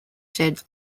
shed